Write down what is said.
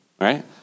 right